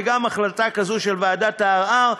וגם החלטה כזו של ועדת הערר,